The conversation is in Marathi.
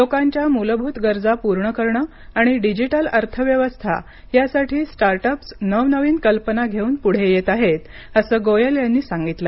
लोकांच्या मूलभूत गरजा पूर्ण करणं आणि डिजिटल अर्थव्यवस्था यासाठी स्टार्टअप्स नवनवीन कल्पना घेऊन पुढे येत आहेत असं गोयल यांनी सांगितल